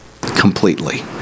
Completely